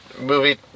movie